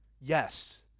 Yes